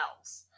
else